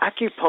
acupuncture